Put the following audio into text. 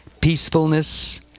Peacefulness